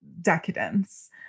decadence